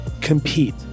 compete